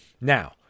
Now